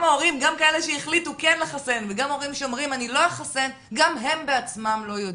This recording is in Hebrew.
אני מניחה שגם כאלה שהחליטו לחסן וגם אלה שאומרים שהם לא יחסנו,